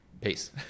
peace